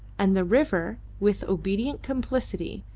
and the river, with obedient complicity,